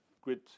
grid